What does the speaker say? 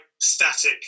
static